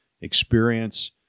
experience